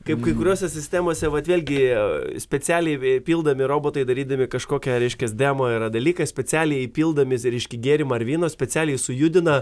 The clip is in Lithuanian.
kaip kai kuriose sistemose vat vėlgi specialiai pildami robotai darydami kažkokią reiškias demo yra dalykas specialiai pildamiesi reiškia gėrimą ar vyną specialiai sujudina